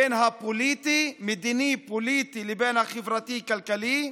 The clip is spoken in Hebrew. בין המדיני-פוליטי לבין החברתי-כלכלי.